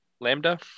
lambda